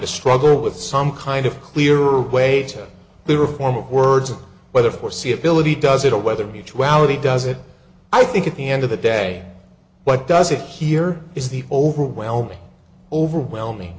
to struggle with some kind of clearer way to the reform of words of whether foreseeability does it or whether mutuality does it i think at the end of the day what does it here is the overwhelming overwhelming